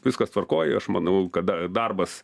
viskas tvarkoj aš manau kad darbas